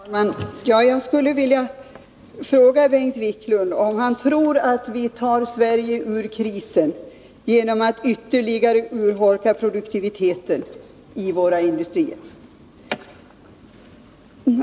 Herr talman! Jag skulle vilja fråga Bengt Wiklund om han tror att vi tar Sverige ur krisen genom att ytterligare urholka produktiviteten i våra industrier.